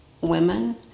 women